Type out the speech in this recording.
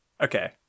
okay